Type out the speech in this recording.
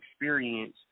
experience